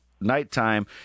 nighttime